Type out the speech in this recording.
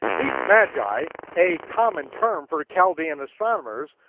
these magi, a common term for chaldean astronomers,